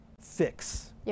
fix